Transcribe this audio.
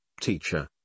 teacher